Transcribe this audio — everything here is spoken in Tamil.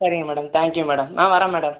சரிங்க மேடம் தேங்க் யூ மேடம் ஆ வரேன் மேடம்